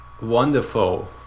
wonderful